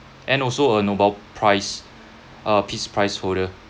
and also a nobel prize uh peace prize holder